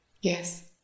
Yes